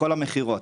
כל המכירות,